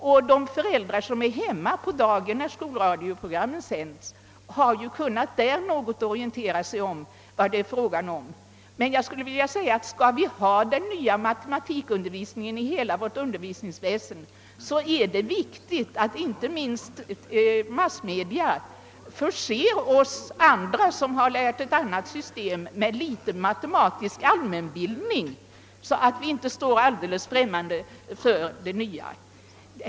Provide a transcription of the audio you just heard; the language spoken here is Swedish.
Även de föräldrar som varit hemma på dagen, när skolradioprogrammet sänds, har då kunnat orientera sig något om dessa ting. Jag vill emellertid säga att om vi skall ha den nya matematikundervis ningen i hela vårt undervisningsväsende är det viktigt att inte minst massmedia förser oss andra, som har lärt ett annat system, med litet matematisk allmänbildning, så att vi inte står alldeles främmande för det nya.